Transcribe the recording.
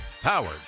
Powered